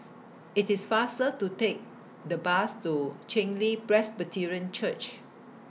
IT IS faster to Take The Bus to Chen Li Presbyterian Church